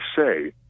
say